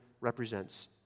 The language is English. represents